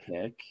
pick –